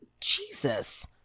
Jesus